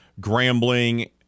Grambling